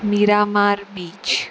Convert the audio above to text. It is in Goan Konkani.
मिरामार बीच